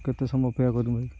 କେତେ ସମୟ ଅପେକ୍ଷା କରିମୁ